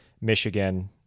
Michigan